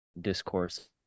discourse